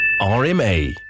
RMA